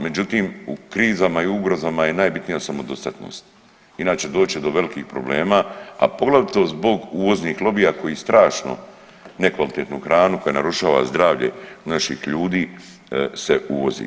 Međutim u krizama i ugrozama je najbitnija samodostatnost inače doći će do velikih problema, a poglavito zbog uvoznih lobija koji strašno nekvalitetnu hranu koja narušava zdravlje naših ljudi se uvozi.